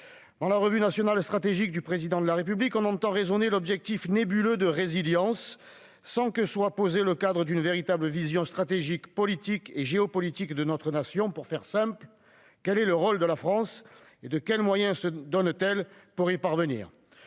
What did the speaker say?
Dans la revue nationale stratégique du Président de la République, on entend résonner l'objectif nébuleux de « résilience » sans que soit posé le cadre d'une véritable vision stratégique, politique et géopolitique de notre Nation. Pour faire simple : quel est le rôle de la France ? Quels moyens se donne-t-elle pour y parvenir ?